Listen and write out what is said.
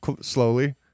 slowly